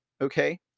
okay